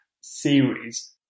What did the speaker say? series